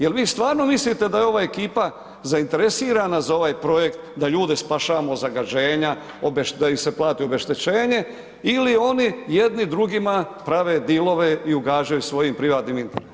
Jel vi stvarno mislite da je ova ekipa zainteresirana za ovaj projekt da ljude spašavamo od zagađenja, da im se plati obeštećenje ili oni jedni drugima prave dilove i ugađaju svojim privatnim interesima?